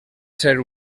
ser